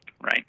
right